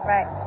Right